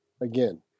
again